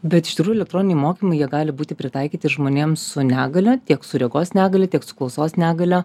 bet iš tikrųjų elektroniniai mokymai jie gali būti pritaikyti žmonėms su negalia tiek su regos negalia tiek su klausos negalia